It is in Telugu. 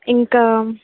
ఇంకా